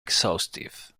exhaustive